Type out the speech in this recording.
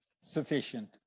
sufficient